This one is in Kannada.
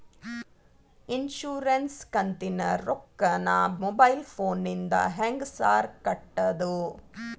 ಇನ್ಶೂರೆನ್ಸ್ ಕಂತಿನ ರೊಕ್ಕನಾ ಮೊಬೈಲ್ ಫೋನಿಂದ ಹೆಂಗ್ ಸಾರ್ ಕಟ್ಟದು?